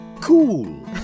cool